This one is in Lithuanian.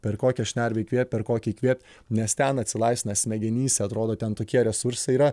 per kokią šnervę įkvėpt per kokią įkvėpt nes ten atsilaisvina smegenyse atrodo ten tokie resursai yra